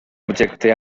objecte